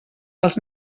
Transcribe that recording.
els